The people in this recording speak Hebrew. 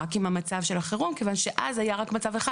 רק עם המצב של החירום כיוון שאז היה רק מצב אחד,